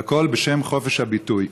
והכול בשם חופש הביטוי.